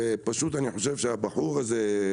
ואני פשוט חושב שהבחור הזה,